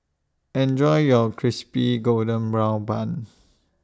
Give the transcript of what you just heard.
Enjoy your Crispy GoldenBrown Bun